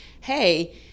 hey